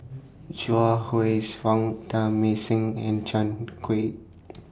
Chuang Fang Teng Mah Seng and Chan Kiew